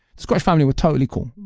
scottish family were totally cool.